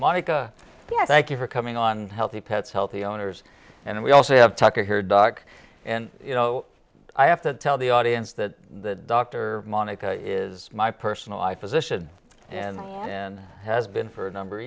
i thank you for coming on healthy pets healthy owners and we also have tucker here dog and you know i have to tell the audience that the doctor monica is my personal i physician and has been for a number of